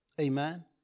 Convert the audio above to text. Amen